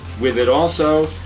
with it also,